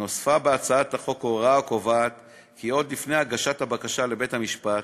נוספה בהצעת החוק הוראה הקובעת כי עוד לפני הגשת הבקשה לבית-המשפט,